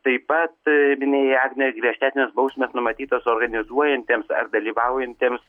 taip pat minėjai agne griežtesnės bausmės numatytos organizuojantiems ar dalyvaujantiems